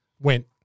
went